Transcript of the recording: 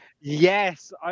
Yes